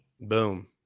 Boom